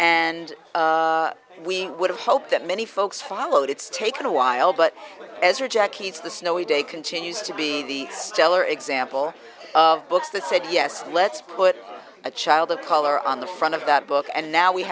and we would hope that many folks followed it's taken a while but as are jackie's the snowy day continues to be the stellar example of books that said yes let's put a child of color on the front of that book and now we